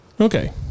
Okay